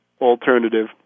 alternative